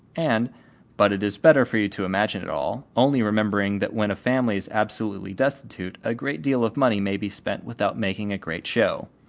and but it is better for you to imagine it all, only remembering that when a family is absolutely destitute, a great deal of money may be spent without making a great show.